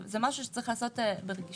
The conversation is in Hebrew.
זה משהו שצריך לעשות ברגישות,